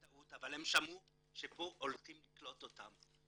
אבל הם שמעו שפה הולכים לקלוט אותם,